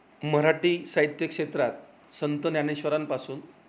मराठी साहित्य क्षेत्रात संत ज्ञानेश्वरांपासून